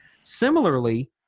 Similarly